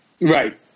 Right